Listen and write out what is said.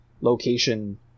location